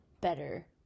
better